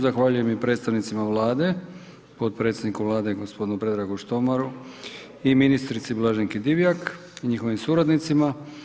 Zahvaljujem i predstavnicima Vlade, potpredsjedniku Vlade gospodinu Predragu Štromaru i ministrici Blaženki Divjak i njihovim suradnicima.